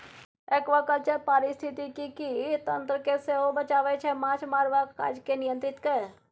aquaculture पारिस्थितिकी तंत्र केँ सेहो बचाबै छै माछ मारबाक काज केँ नियंत्रित कए